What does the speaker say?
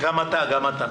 גם אתה, גם אתה.